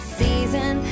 season